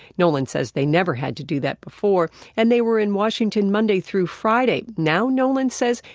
nolan says they never had to do that before and they were in washington monday through friday now, nolan says,